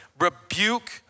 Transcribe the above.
rebuke